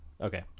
Okay